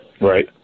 Right